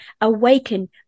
awaken